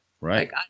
right